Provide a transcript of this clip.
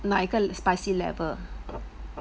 哪一个 spicy level